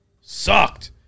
sucked